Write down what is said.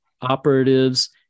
operatives